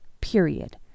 period